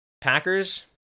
Packers